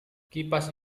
kipas